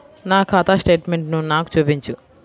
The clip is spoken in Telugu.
నా ఖాతా స్టేట్మెంట్ను నాకు చూపించు